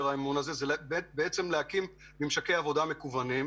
האמון הזה היא הקמת ממשקי עבודה מקוונים,